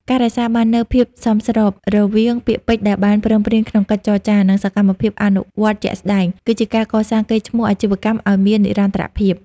ការរក្សាបាននូវ "ភាពស្របគ្នា" រវាងពាក្យពេចន៍ដែលបានព្រមព្រៀងក្នុងកិច្ចចរចា និងសកម្មភាពអនុវត្តជាក់ស្ដែង គឺជាការកសាងកេរ្តិ៍ឈ្មោះអាជីវកម្មឱ្យមាននិរន្តរភាព។